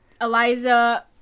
Eliza